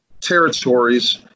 territories